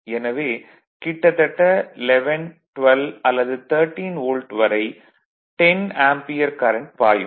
எனவே கிட்டத்தட்ட 11 12 அல்லது 13 வோல்ட் வரை 10 ஆம்பியர் கரண்ட் பாயும்